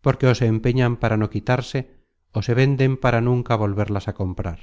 porque ó se empeñan para no quitarse ó se venden para nunca volverlas á comprar